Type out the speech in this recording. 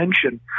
attention